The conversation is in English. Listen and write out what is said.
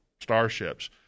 starships